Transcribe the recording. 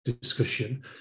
discussion